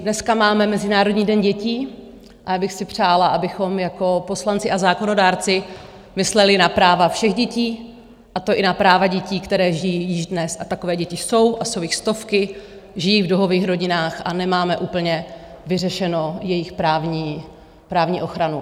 Dneska máme Mezinárodní den dětí a já bych si přála, abychom jako poslanci a zákonodárci mysleli na práva všech dětí, a to i na práva dětí, které žijí již dnes a takové děti jsou a jsou jich stovky žijí v duhových rodinách a nemáme úplně vyřešenu jejich právní ochranu.